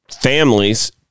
families